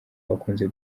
bakunze